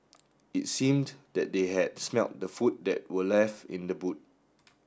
it seemed that they had smelt the food that were left in the boot